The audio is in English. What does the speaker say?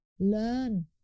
learn